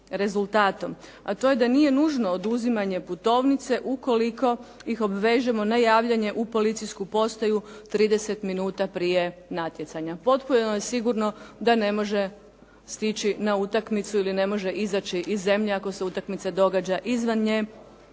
A to je da nije nužno oduzimanje putovnice ukoliko ih obvežemo na javljanje u policijsku postaju 30 minuta prije natjecanja. Potpuno je sigurno da ne može stići na utakmicu ili ne može izaći iz zemlje ako se utakmica događa izvan nje